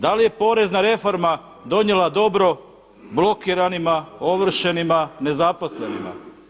Da li je porezna reforma donijela dobro blokiranima, ovršenima, nezaposlenima?